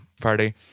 party